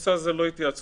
ובנושא הזה לא התייעצו,